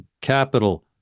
Capital